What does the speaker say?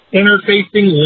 interfacing